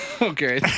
Okay